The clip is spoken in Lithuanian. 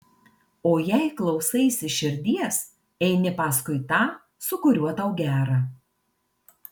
o jei klausaisi širdies eini paskui tą su kuriuo tau gera